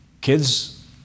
Kids